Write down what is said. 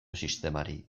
sistemari